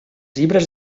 llibres